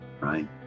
right